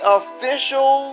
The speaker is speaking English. official